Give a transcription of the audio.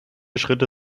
schritte